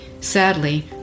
Sadly